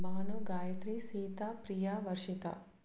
Banu Gayathri Sita Priya Varshitha